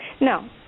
No